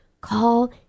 call